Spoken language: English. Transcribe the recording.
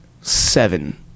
seven